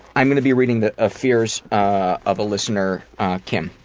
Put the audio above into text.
i'm going to be reading the ah fears ah of listener kim.